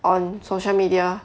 on social media